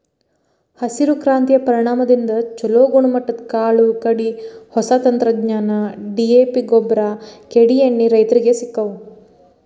ಹಸಿರು ಕ್ರಾಂತಿಯ ಪರಿಣಾಮದಿಂದ ಚುಲೋ ಗುಣಮಟ್ಟದ ಕಾಳು ಕಡಿ, ಹೊಸ ತಂತ್ರಜ್ಞಾನ, ಡಿ.ಎ.ಪಿಗೊಬ್ಬರ, ಕೇಡೇಎಣ್ಣಿ ರೈತರಿಗೆ ಸಿಕ್ಕವು